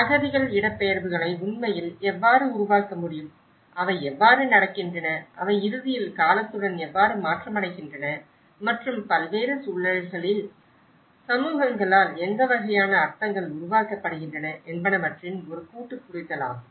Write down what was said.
அகதிகள் இடப்பெயர்வுகளை உண்மையில் எவ்வாறு உருவாக்க முடியும் அவை எவ்வாறு நடக்கின்றன அவை இறுதியில் காலத்துடன் எவ்வாறு மாற்றமடைகின்றன மற்றும் பல்வேறு சூழல்களில் சமூகங்களால் எந்த வகையான அர்த்தங்கள் உருவாக்கப்படுகின்றன என்பனவற்றின் ஒரு கூட்டு புரிதலாகும்